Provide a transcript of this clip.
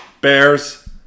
Bears